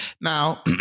Now